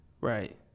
Right